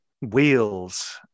wheels